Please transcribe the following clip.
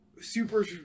super